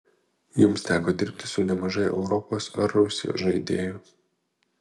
jums teko dirbti su nemažai europos ar rusijos žaidėjų